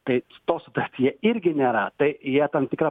tai to sutartyje irgi nėra tai jie tam tikra